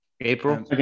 April